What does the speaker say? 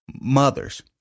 mothers